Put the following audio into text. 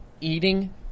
eating